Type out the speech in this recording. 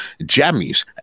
Jammies